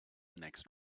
next